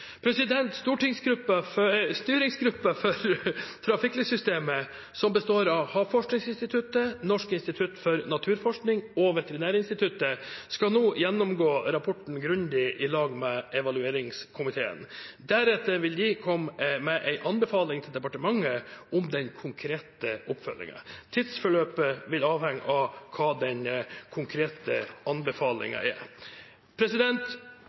Havforskningsinstituttet, Norsk institutt for naturforskning og Veterinærinstituttet, skal nå gjennomgå rapporten grundig sammen med evalueringskomiteen. Deretter vil de komme med en anbefaling til departementet om den konkrete oppfølgingen. Tidsforløpet vil avhenge av hva den konkrete anbefalingen er.